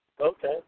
okay